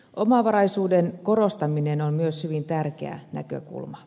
omavaraisuuden korostaminen on myös hyvin tärkeä näkökulma